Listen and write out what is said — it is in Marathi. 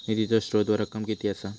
निधीचो स्त्रोत व रक्कम कीती असा?